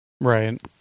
right